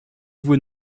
vous